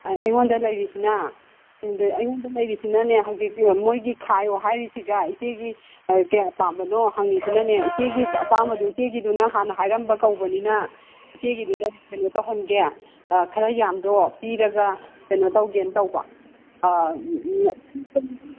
ꯑꯩꯉꯣꯟꯗ ꯂꯩꯔꯤꯁꯤꯅ ꯑꯩꯉꯣꯟꯗ ꯂꯩꯔꯤꯁꯤꯅꯅꯦ ꯍꯧꯖꯤꯛꯀꯤ ꯃꯣꯏꯒꯤ ꯈꯥꯏꯌꯣ ꯍꯥꯏꯔꯤꯁꯤꯒ ꯏꯆꯦꯒꯤ ꯀꯌꯥ ꯄꯥꯝꯕꯅꯣ ꯍꯪꯉꯤꯁꯤꯅꯅꯦ ꯏꯆꯦꯒꯤ ꯑꯄꯥꯝꯕꯗꯣ ꯏꯆꯦꯒꯤꯗꯨꯅ ꯍꯥꯟꯅ ꯍꯥꯏꯔꯝꯕ ꯀꯧꯕꯅꯤꯅ ꯏꯆꯦꯒꯤꯗꯨꯗ ꯀꯩꯅꯣ ꯇꯧꯍꯟꯒꯦ ꯈꯔ ꯌꯥꯝꯕꯗꯣ ꯄꯤꯔꯒ ꯀꯩꯅꯣ ꯇꯧꯒꯦꯅ ꯇꯧꯕ